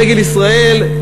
דגל ישראל,